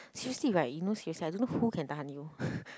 seriously right you know seriously right I don't know who can tahan you